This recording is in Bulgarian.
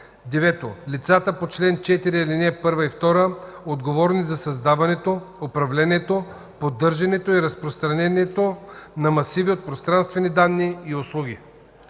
9. лицата по чл. 4, ал. 1 и 2, отговорни за създаването, управлението, поддържането и разпространението на масиви от пространствени данни и услуги”.”